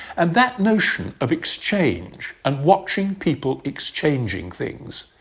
and that notion of exchange and watching people exchanging things.